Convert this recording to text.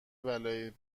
بلایی